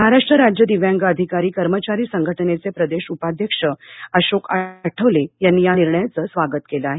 महाराष्ट्र राज्य दिव्यांग अधिकारी कर्मचारी संघटनेचे प्रदेश उपाध्यक्ष अशोक आठवले यांनी या निर्णयाचं स्वागत केलं आहे